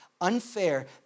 unfair